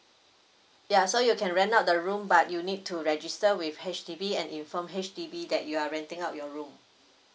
ya so you can rent out the room but you need to register with H_D_B and inform H_D_B that you are renting out your room